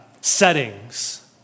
settings